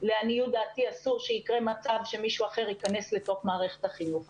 לעניות דעתי אסור שיקרה מצב שמישהו אחר יכנס לתוך מערכת החינוך,